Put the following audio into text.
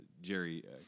Jerry